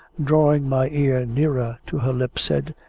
drawing my ear nearer to her lips, said,